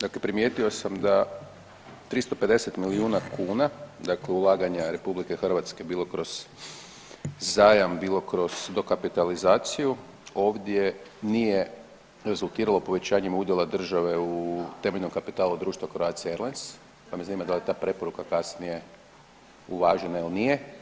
Dakle, primijetio sam da 350 milijuna kuna dakle ulaganje RH bilo kroz zajam, bilo kroz dokapitalizaciju ovdje nije rezultiralo povećanjem udjela države u temeljnom kapitalu društva Croatia Airlines, pa me zanima da li je ta preporuka kasnije uvažena ili nije.